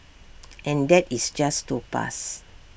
and that is just to pass